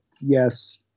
yes